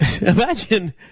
Imagine